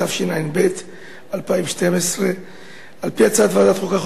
התשע"ב 2011. על-פי הצעת ועדת חוקה,